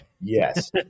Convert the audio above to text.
Yes